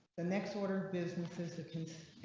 the next order of business is the can say